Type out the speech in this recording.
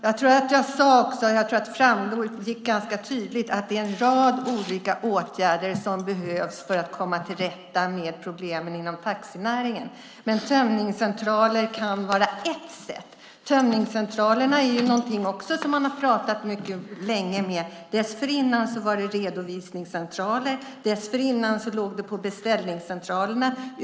Herr talman! Jag tror att det framgick tydligt att det är en rad olika åtgärder som behövs för att komma till rätta med problemen inom taxinäringen. Tömningscentraler kan vara ett sätt. Tömningscentralerna har man pratat länge om. Dessförinnan var det redovisningscentraler, och dessförinnan låg det på beställningscentralerna.